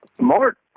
Mark